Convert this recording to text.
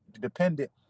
dependent